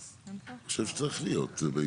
אני חושב שצריך להיות.